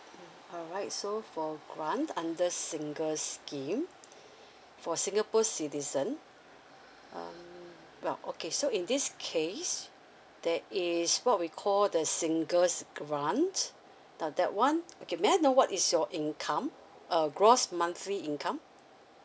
alright so for grant under single scheme for singapore citizen um yeah okay so in this case there is what we call the singles grants uh that one okay may I know what is your income uh gross monthly income